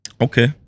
Okay